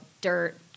dirt